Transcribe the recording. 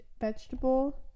vegetable